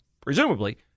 Presumably